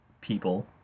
people